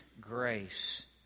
grace